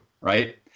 right